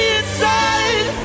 inside